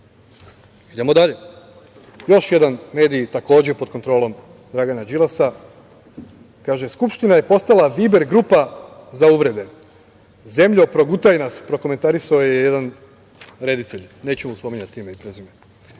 uvrede“.Još jedan medij, takođe pod kontrolom Dragana Đilasa, kaže: „Skupština je postala viber grupa za uvrede“. Zemljo, progutaj nas – prokomentarisao je jedan reditelj, neću mu spominjati ime i prezime. Još